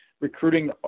recruiting